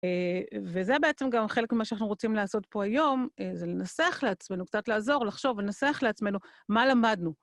וזה בעצם גם חלק ממה שאנחנו רוצים לעשות פה היום, זה לנסח לעצמנו, קצת לעזור, לחשוב, לנסח לעצמנו מה למדנו.